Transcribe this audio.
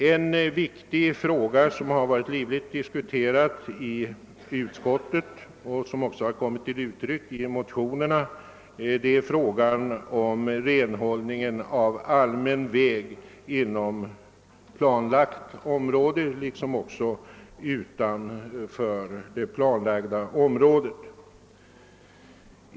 En viktig fråga som livligt diskuterats i utskottet och som också tagits upp i motionerna gäller renhållningen av allmän väg inom och utom planlagt område.